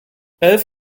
elf